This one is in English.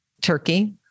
Turkey